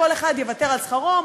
כל אחד יוותר על שכרו,